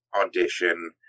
audition